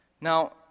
Now